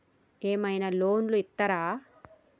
ఏమైనా లోన్లు ఇత్తరా?